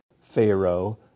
Pharaoh